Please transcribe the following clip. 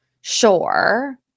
Sure